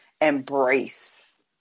embrace